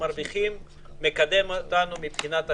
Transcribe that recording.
מרוויחים מקדם אותנו מבחינת החיסונים.